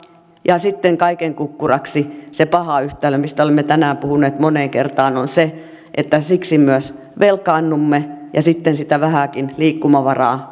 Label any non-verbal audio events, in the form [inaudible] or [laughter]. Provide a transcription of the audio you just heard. ja sitten kaiken kukkuraksi se paha yhtälö mistä olemme tänään puhuneet moneen kertaan on se että siksi myös velkaannumme ja sitten sitä vähääkin liikkumavaraa [unintelligible]